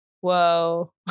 Whoa